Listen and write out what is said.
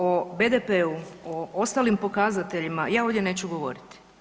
O BDP-u, o ostalim pokazateljima ja ovdje neću govoriti.